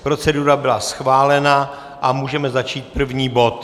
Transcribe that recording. Procedura byla schválena a můžeme začít první bod.